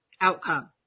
outcome